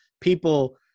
people